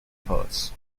ports